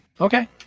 Okay